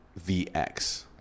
VX